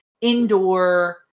indoor